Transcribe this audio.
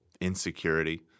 insecurity